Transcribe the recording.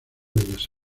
bellas